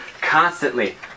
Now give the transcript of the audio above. constantly